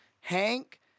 Hank